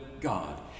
God